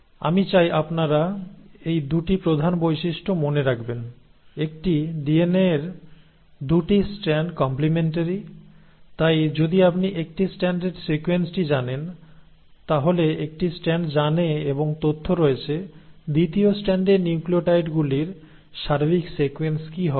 আমি চাই আপনারা এই 2 টি প্রধান বৈশিষ্ট্য মনে রাখবেন একটি DNA এর 2 টি স্ট্র্যান্ড কম্প্লিমেন্টারি তাই যদি আপনি একটি স্ট্র্যান্ডের সিকোয়েন্সটি জানেন তাহলে একটি স্ট্র্যান্ড জানে এবং তথ্য রয়েছে দ্বিতীয় স্ট্র্যান্ডে নিউক্লিওটাইডগুলির সার্বিক সিকোয়েন্স কি হবে